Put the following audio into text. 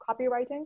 copywriting